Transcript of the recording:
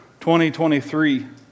2023